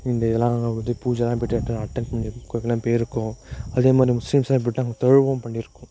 இந்த இதல்லாம் அங்கே போய்ட்டு பூஜைலாம் போய்ட்டு அட்டெண்ட் பண்ண கோவிலுக்கெல்லாம் போய்ருக்கோம் அதே மாதிரி முஸ்லீம்லாம் அங்கே தொழுகவும் பண்ணிருக்கோம்